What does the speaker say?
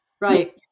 Right